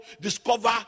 discover